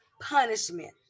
punishment